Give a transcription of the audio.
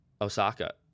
Osaka